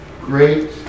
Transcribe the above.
Great